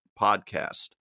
podcast